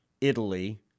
Italy